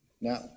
Now